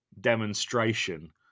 demonstration